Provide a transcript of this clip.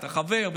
אתה חבר,